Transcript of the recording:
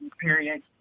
period